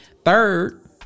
Third